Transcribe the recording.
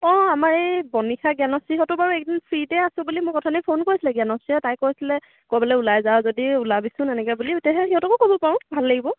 অঁ আমাৰ এই বনিশা জ্ঞানশ্ৰীহঁতো বাৰু এইকেইদিন ফ্ৰীতে আছোঁ বুলি মোক অথনি ফোন কৰিছিলে জ্ঞানশ্ৰীয়ে তাই কৈছিলে ক'ৰবালৈ ওলাই যাও যদি ওলাবিচোন এনেকৈ বুলি কৈছিলে সিহঁতকো ক'ব পাৰো ভাল লাগিব